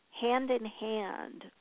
hand-in-hand